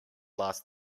last